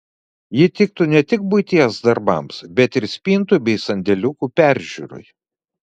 ji tiktų ne tik buities darbams bet ir spintų bei sandėliukų peržiūrai